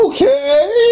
Okay